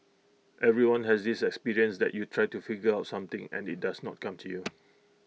everyone has this experience that you try to figure out something and IT does not come to you